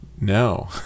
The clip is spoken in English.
no